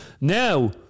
Now